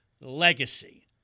Legacy